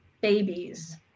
babies